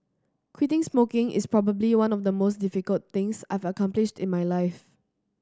quitting smoking is probably one of the most difficult things I've accomplished in my life